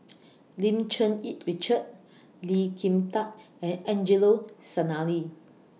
Lim Cherng Yih Richard Lee Kin Tat and Angelo Sanelli